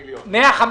המסגרת.